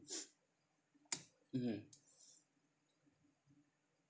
mm